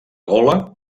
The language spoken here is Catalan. gola